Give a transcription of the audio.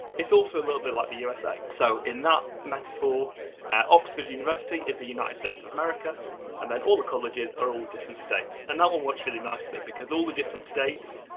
it's also a little bit like the usa, so in that metaphor oxford university is the united states of america and then all the colleges are all the different states. and that one works really nicely because all the different states,